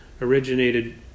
originated